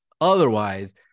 Otherwise